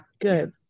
Good